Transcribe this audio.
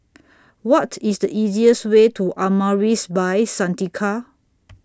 What IS The easiest Way to Amaris By Santika